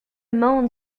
monde